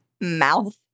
Mouth